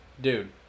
dude